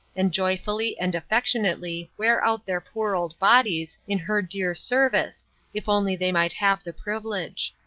and joyfully and affectionately wear out their poor old bodies in her dear service if only they might have the privilege.